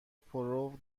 پرو